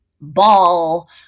ball